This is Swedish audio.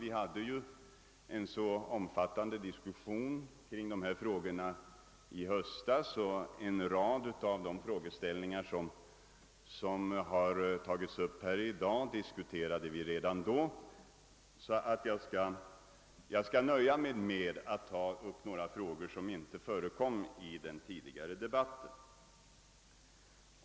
— Vi hade ju en omfattande diskussion kring dessa frågor i höstas, och en rad av de frågeställningar som har tagits upp här i dag debatterades redan då. Jag skall därför nöja sig med att ta upp några frågor som inte förekommit i den tidigare debatten.